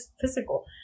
physical